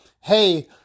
hey